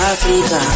Africa